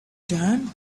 time